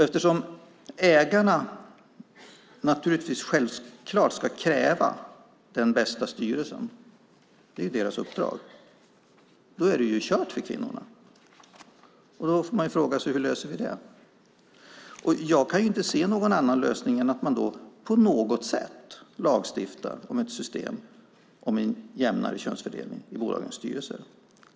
Eftersom ägarna naturligtvis självklart ska kräva den bästa styrelsen - det är deras uppdrag - är det kört för kvinnorna. Frågan är därför hur vi löser det hela. Jag kan inte se någon annan lösning än att man på något sätt lagstiftar om en jämnare könsfördelning i bolagens styrelser.